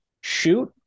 shoot